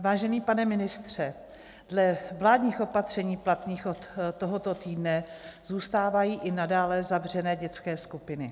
Vážený pane ministře, dle vládních opatření platných od tohoto týdne zůstávají i nadále zavřené dětské skupiny.